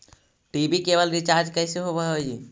TV cable recharge कैसे होब हइ?